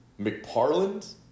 McParland